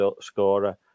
scorer